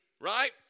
Right